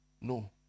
No